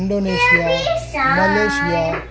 Indonesia Malaysia